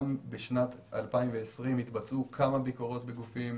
גם בשנת 2020 התבצעו כמה ביקורות בגופים.